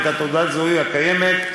ואת תעודת הזהות הקיימת,